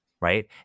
right